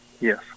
Yes